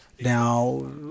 now